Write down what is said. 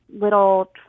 Little